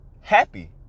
happy